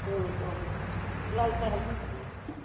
औ औ लाल साहाया लोंजायो